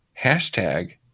hashtag